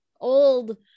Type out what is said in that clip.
old